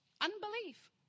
Unbelief